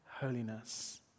holiness